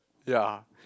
ya